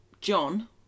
John